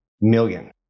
million